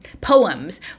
poems